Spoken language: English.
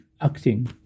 acting